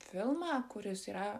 filmą kuris yra